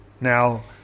now